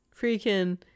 freaking